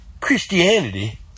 Christianity